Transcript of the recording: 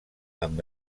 amb